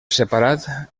separat